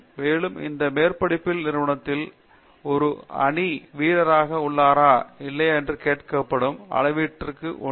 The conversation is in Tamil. மேலும் எந்த மேற்படிப்பிலும் நிறுவனத்திலும் ஒரு அணி வீரராக உள்ளாரா இல்லையா என்று கேட்கப்படும் அளவீட்டில் இது ஒன்றாகும்